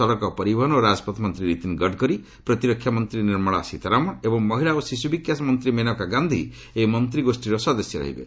ସଡକ ପରିବହନ ଓ ରାଜପଥ ମନ୍ତ୍ରୀ ନୀତିନ ଗଡକରୀ ପ୍ରତିରକ୍ଷା ମନ୍ତ୍ରୀ ନିର୍ମଳା ସୀତାରମନ୍ ଏବଂ ମହିଳା ଓ ଶିଶୁ ବିକାଶ ମନ୍ତ୍ରୀ ମାନେକା ଗାନ୍ଧୀ ଏହି ମନ୍ତ୍ରୀଗୋଷ୍ଠୀର ସଦସ୍ୟ ରହିବେ